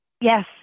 Yes